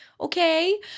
Okay